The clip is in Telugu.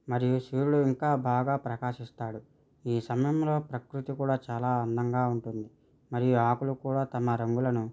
మరియు సూర్యుడు ఇంకా బాగా ప్రకాశిస్తాడు ఈ సమయంలో ప్రకృతి కూడా చాలా అందంగా ఉంటుంది మరియు ఆకులు కూడా తమ రంగులను